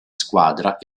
squadra